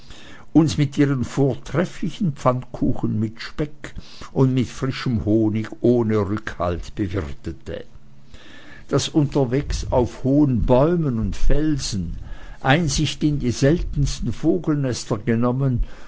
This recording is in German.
uns mit ihren vortrefflichen pfannkuchen mit speck und mit frischem honig ohne rückhalt bewirte daß unterwegs auf hohen bäumen und felsen einsicht in die seltensten vogelnester genommen